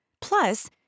Plus